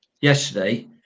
yesterday